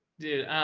did,